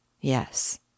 Yes